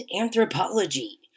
anthropology